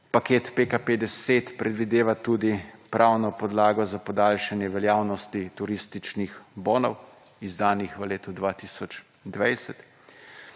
Paket PKP 10 predvideva tudi pravno podlago za podaljšanje veljavnosti turističnih bonov, izdanih v letu 2020,